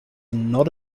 not